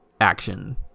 action